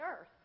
earth